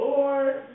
Lord